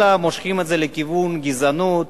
אלא מושכים את זה לכיוון גזענות,